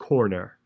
Corner